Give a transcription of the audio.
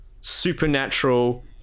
supernatural